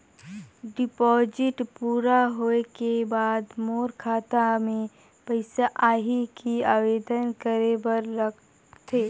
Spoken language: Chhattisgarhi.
डिपॉजिट पूरा होय के बाद मोर खाता मे पइसा आही कि आवेदन करे बर लगथे?